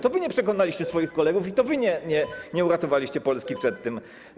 To wy nie przekonaliście swoich kolegów i to wy nie uratowaliście Polski przed tym.